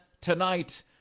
tonight